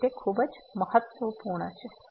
તેથી તે ખૂબ જ મહત્વપૂર્ણ છે